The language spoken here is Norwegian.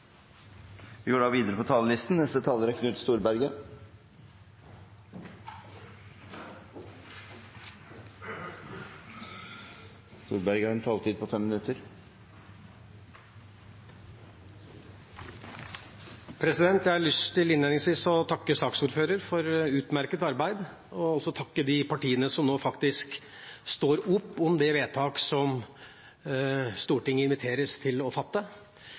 se de konkrete utfallene av dette. Replikkordskiftet er omme. Jeg har innledningsvis lyst til å takke saksordføreren for utmerket arbeid, og jeg vil også takke de partiene som nå faktisk står opp om det vedtaket som Stortinget inviteres til å fatte.